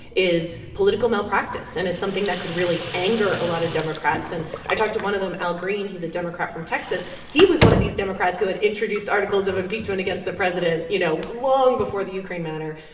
is political malpractice and is something that could really anger a lot of democrats. and i talked to one of them, al green. he's a democrat from texas. he was one of these democrats who had introduced articles of impeachment against the president, you know, long before the ukraine matter.